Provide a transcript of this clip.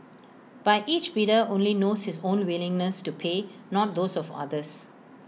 but each bidder only knows his own willingness to pay not those of others